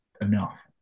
Enough